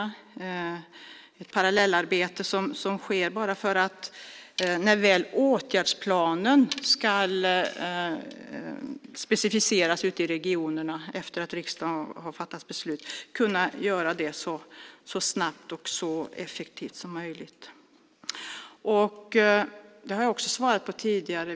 Det är ett parallellarbete som sker bara för att åtgärdsplanen ska kunna specificeras ute i regionerna så snabbt och effektivt som möjligt efter det att riksdagen har fattat beslut. Det har jag också svarat på tidigare.